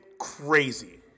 crazy